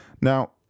Now